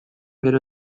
gero